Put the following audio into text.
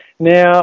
Now